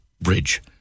Bridge